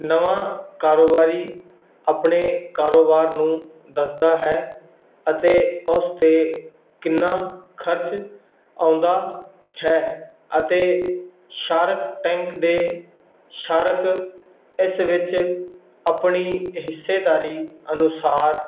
ਨਵਾਂ ਕਾਰੋਬਾਰੀ ਆਪਣੇ ਕਾਰੋਬਾਰ ਨੂੰ ਦੱਸਦਾ ਹੈ ਅਤੇ ਉਸ ਤੇ ਕਿੰਨਾ ਖਰਚ ਆਉਂਦਾ ਹੈ ਅਤੇ ਸ਼ਾਰਕ ਟੈਂਕ ਦੇ ਸਾਰਕ ਇਸ ਵਿੱਚ ਆਪਣੀ ਹਿੱਸੇਦਾਰੀ ਅਨੁਸਾਰ